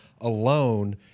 alone